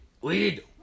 Weed